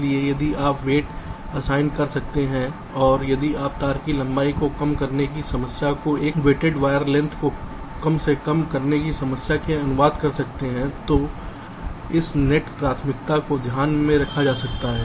इसलिए यदि आप कुछ वेट असाइन कर सकते हैं और यदि आप तार की लंबाई को कम करने की समस्या को एक भारित तार की लंबाई को कम से कम करने की समस्या में अनुवाद कर सकते हैं तो इस नेट प्राथमिकता को ध्यान में रखा जा सकता है